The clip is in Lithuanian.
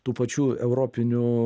tų pačių europinių